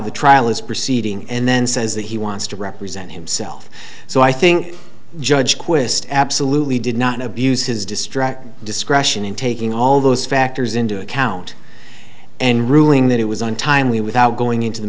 the trial is proceeding and then says that he wants to represent himself so i think judge quist absolutely did not abuse his distracting discretion in taking all those factors into account and ruling that it was untimely without going into the